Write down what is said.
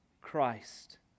Christ